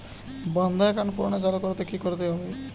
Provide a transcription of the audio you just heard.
বন্ধ একাউন্ট পুনরায় চালু করতে কি করতে হবে?